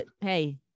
Hey